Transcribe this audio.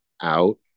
out